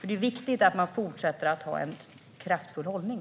Det är viktigt att fortsätta att ha en kraftfull hållning.